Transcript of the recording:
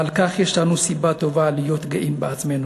ועל כך יש לנו סיבה טובה להיות גאים בעצמנו,